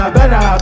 better